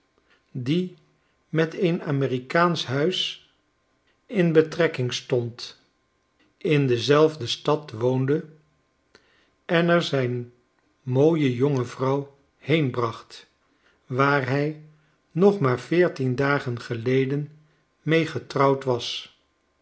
die met een amerikaansch huis in betrekking stond in diezelfde stad woonde en er zijn mooie jonge vrouw heenbracht waar hij nog maar veertien dagen geleden mee getrouwd was